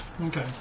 Okay